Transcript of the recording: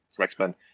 X-Men